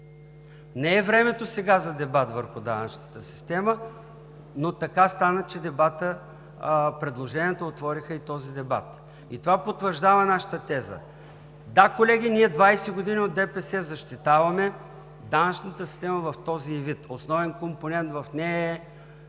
Не е времето за дебат сега върху данъчната система, но така стана, че предложенията отвориха и този дебат. Това потвърждава нашата теза – да, колеги, ние от ДПС 20 години защитаваме данъчната система в този ѝ вид. Основен компонент в нея е